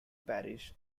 parish